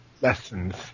Lessons